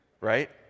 Right